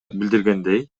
билдиргендей